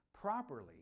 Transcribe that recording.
properly